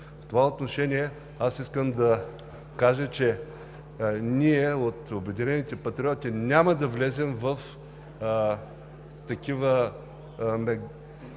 В това отношение искам да кажа, че и ние от „Обединени патриоти“ няма да влезем в